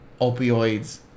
opioids